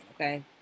okay